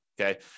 Okay